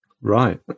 Right